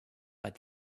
but